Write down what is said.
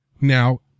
Now